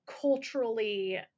culturally